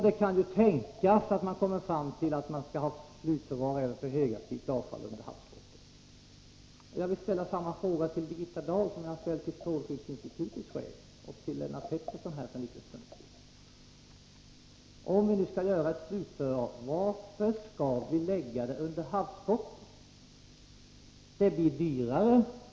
Det kan ju tänkas att man kommer fram till att även högaktivt avfall skall slutförvaras under havsbotten. Jag vill ställa samma fråga till Birgitta Dahl som jag har ställt till strålskyddsinstitutets chef och till Lennart Pettersson för en liten stund sedan: Om vi skall göra ett slutförvar, varför skall vi lägga det under havsbotten? Det blir dyrare.